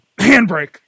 Handbrake